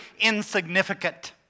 insignificant